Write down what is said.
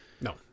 no